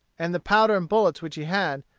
and the powder and bullets which he had,